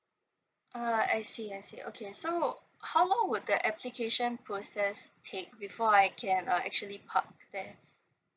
uh I see I see okay so how long will the application process take before I can uh actually park there